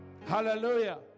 hallelujah